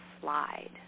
slide